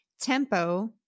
Tempo